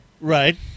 right